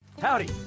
Howdy